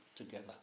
Together